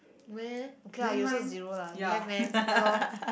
meh okay lah you also zero lah you have meh ya lor